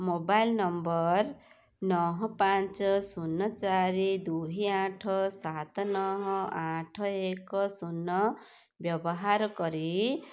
mobile number ନଅ ପାଞ୍ଚ ଶୂନ ଚାରି ଦୁଇ ଆଠ ସାତ ନଅ ଆଠ ଏକ ଶୂନ ବ୍ୟବହାର କରି